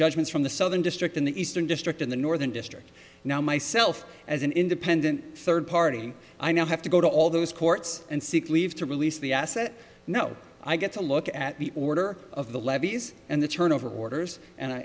judgments from the southern district in the eastern district in the northern district now myself as an independent third party i now have to go to all those courts and seek leave to release the asset no i get to look at the order of the levies and the turnover orders and i